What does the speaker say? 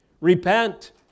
Repent